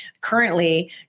Currently